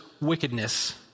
wickedness